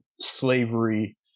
slavery